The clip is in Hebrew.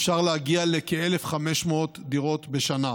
אפשר להגיע לכ-1,500 דירות בשנה.